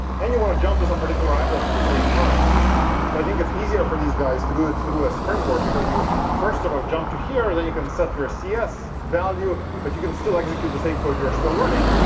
and you want to jump to some particular address at the same time. so i think it's easier for these guys to do it through a springboard because you first sort of jump to here. then you can set your cs value. but you can still execute the same code you're still running